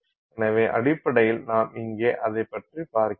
எனவே அடிப்படையில் நாம் இங்கே அதைப் பற்றிப் பார்க்கிறோம்